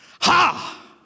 Ha